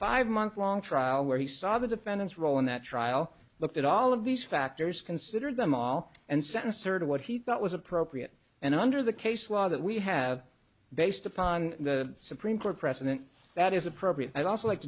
five month long trial where he saw the defendants role in that trial looked at all of these factors considered them all and sentenced her to what he thought was appropriate and under the case law that we have based upon the supreme court precedent that is appropriate i'd also like